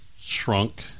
shrunk